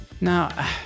Now